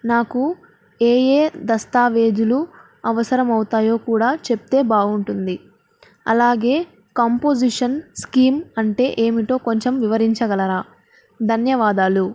నాకు ఏ ఏ దస్తావేజులు అవసరం అవుతాయో కూడా చెప్తే బాగుంటుంది అలాగే కంపోజిషన్ స్కీమ్ అంటే ఏమిటో కొంచెం వివరించగలరా ధన్యవాదాలు